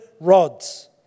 rods